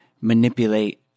manipulate